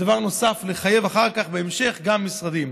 דבר נוסף, לחייב אחר כך, בהמשך, גם משרדים.